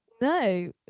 No